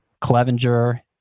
Clevenger